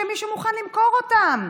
שמישהו מוכן למכור אותם.